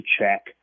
check